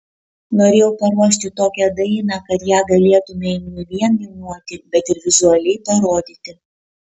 norėjau paruošti tokią dainą kad ją galėtumei ne vien niūniuoti bet ir vizualiai parodyti